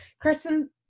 Kristen